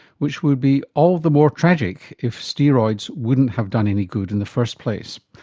which would be all the more tragic if steroids wouldn't have done any good in the first place.